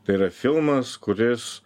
tai yra filmas kuris